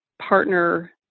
partner